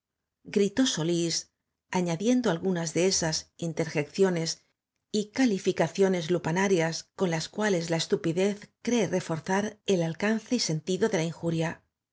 í s añadiendo algunas de esas interjecciones y calificaciones lupanarias c o n las c u a l e s la estupidez cree reforzar el a l canee y sentido de la i n